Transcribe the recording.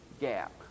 gap